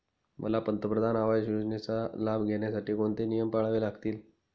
मला पंतप्रधान आवास योजनेचा लाभ घेण्यासाठी कोणते नियम पाळावे लागतील?